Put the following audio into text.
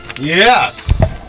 Yes